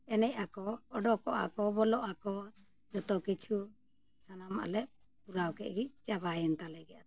ᱮᱱᱮᱡ ᱟᱠᱚ ᱚᱰᱚᱠᱚᱜ ᱟᱠᱚ ᱵᱚᱞᱚᱜ ᱟᱠᱚ ᱡᱚᱛᱚ ᱠᱤᱪᱷᱩ ᱥᱟᱱᱟᱢᱟᱜ ᱞᱮ ᱯᱩᱨᱟᱹᱣ ᱠᱮᱫ ᱜᱮ ᱪᱟᱵᱟᱭᱮᱱ ᱛᱟᱞᱮ ᱜᱮ ᱟᱫᱚ